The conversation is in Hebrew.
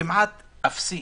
שכמעט אפסי,